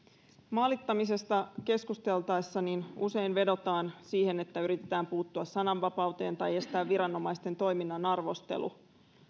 maalittamisesta keskusteltaessa usein vedotaan siihen että yritetään puuttua sananvapauteen tai estää viranomaisten toiminnan arvostelu